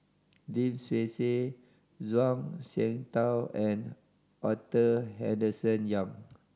Lim Swee Say Zhuang Shengtao and Arthur Henderson Young